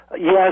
yes